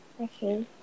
Okay